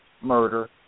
murder